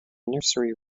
nursery